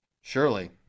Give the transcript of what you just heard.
Surely